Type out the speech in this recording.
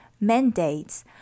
mandates